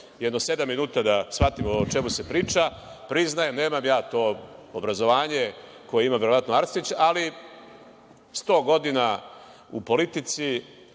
jedno sedam minuta da shvatim o čemu se priča. Priznajem, nemam ja to obrazovanje koje ima verovatno Arsić. Ali, sto godina u politici,